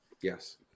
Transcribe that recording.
Yes